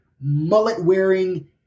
mullet-wearing